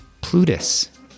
Plutus